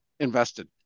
invested